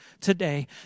today